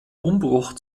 umbruch